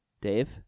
Dave